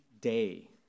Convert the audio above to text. day